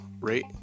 rate